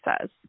says